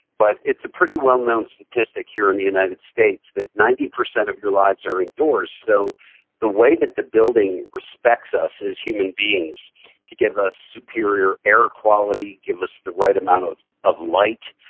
but it's a pretty well-known statistic here in the united states that ninety percent of your lives are indoors, so the way that the building respects us as human beings to give us superior air quality, give us the right amount of of light,